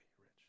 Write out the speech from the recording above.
rich